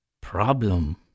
problem